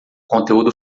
conteúdo